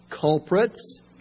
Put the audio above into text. culprits